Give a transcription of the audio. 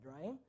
right